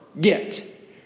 Get